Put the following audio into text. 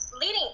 leading